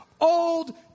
Old